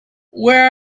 where